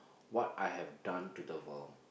what I have done to the world